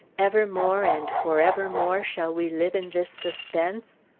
evermore and forevermore shall we live in this suspense?